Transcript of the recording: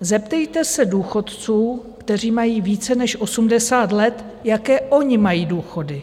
Zeptejte se důchodců, kteří mají více než osmdesát let, jaké oni mají důchody.